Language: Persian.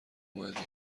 اومدی